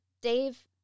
Dave